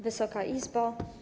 Wysoka Izbo!